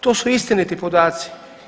To su istiniti podaci.